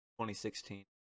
2016